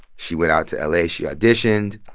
she went out to la. she auditioned.